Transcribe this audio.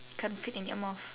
can't fit in your mouth